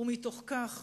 ומתוך כך